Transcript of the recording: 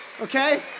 Okay